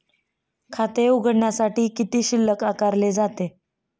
खाते उघडण्यासाठी किती शुल्क आकारले जाते?